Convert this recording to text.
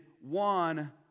one